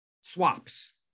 swaps